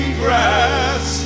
grass